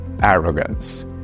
arrogance